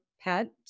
pet